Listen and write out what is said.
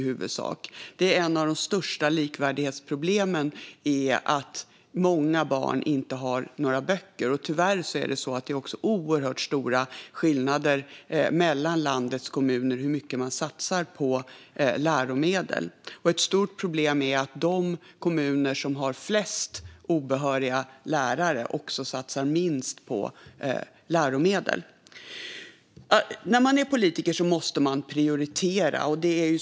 Ett av de största likvärdighetsproblemen är nämligen att många barn inte har några böcker, och tyvärr är det också oerhört stora skillnader mellan hur mycket landets kommuner satsar på läromedel. Ett stort problem är att de kommuner som har flest obehöriga lärare också satsar minst på läromedel. När man är politiker måste man prioritera.